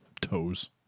Toes